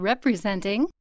Representing